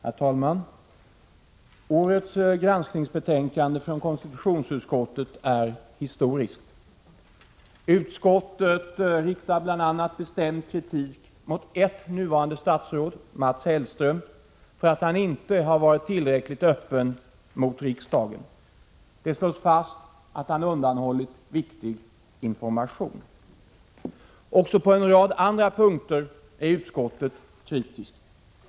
Herr talman! Årets granskningsbetänkande från konstitutionsutskottet är historiskt. Utskottet riktar bestämd kritik bl.a. mot ett nuvarande statsråd, Mats Hellström, för att han inte har varit tillräckligt öppen mot riksdagen. Det slås fast att han undanhållit viktig information. Också på en rad andra punkter är utskottet kritiskt.